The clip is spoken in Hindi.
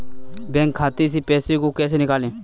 बैंक खाते से पैसे को कैसे निकालें?